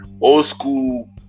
old-school